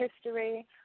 history